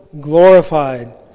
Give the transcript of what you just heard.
Glorified